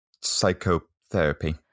psychotherapy